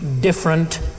different